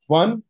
one